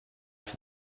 for